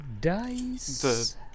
dice